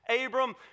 Abram